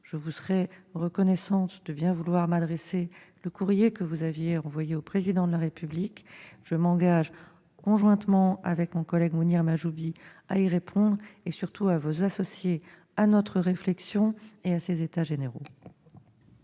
Je vous serais reconnaissante de bien vouloir m'adresser le courrier que vous aviez envoyé au Président de la République. Je m'engage, conjointement avec mon collègue Mounir Mahjoubi, à y répondre et, surtout, à vous associer à notre réflexion et à ces états généraux.